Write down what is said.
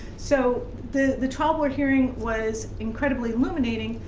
so, the the trial board hearing was incredibly illuminating,